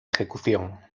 ejecución